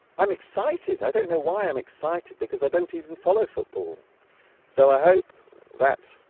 i'm excited i don't know why i'm excited because i don't even follow football so i hope that